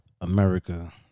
America